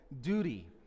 duty